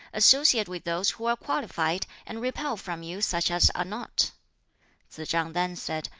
associate with those who are qualified, and repel from you such as are not tsz-chang then said,